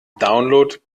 download